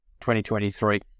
2023